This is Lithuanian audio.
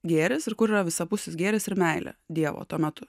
gėris ir kur yra visapusis gėris ir meilė dievo tuo metu